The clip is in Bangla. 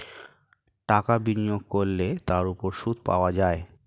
টাকা বিনিয়োগ করলে তার উপর সুদ পাওয়া যায়